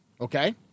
okay